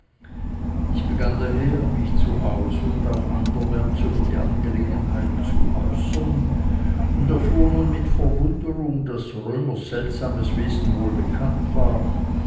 ich begann daher mich zu hause und auch anderwärts über die angelegenheit zu äußern und erfuhr nun mit verwunderung daß römers seltsames wesen wohl bekannt war